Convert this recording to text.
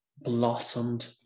blossomed